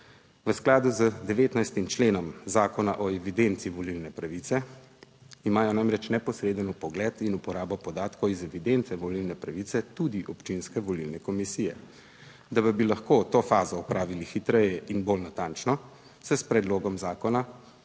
V skladu z 19. členom Zakona o evidenci volilne pravice imajo namreč neposreden vpogled in uporabo podatkov iz evidence volilne pravice tudi občinske volilne komisije. Da bi lahko to fazo opravili hitreje in bolj natančno, se s predlogom zakona